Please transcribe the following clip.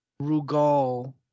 Rugal